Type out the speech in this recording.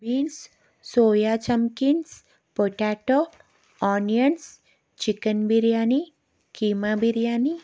beans soya chunks potato onions chicken biryani keema biryani